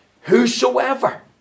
whosoever